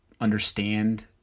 understand